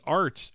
art